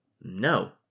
No